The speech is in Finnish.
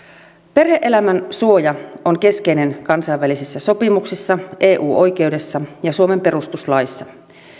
perhe elämän suoja on keskeinen kansainvälisissä sopimuksissa eu oikeudessa ja suomen perustuslaissa